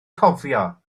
cofio